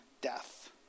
death